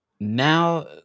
Now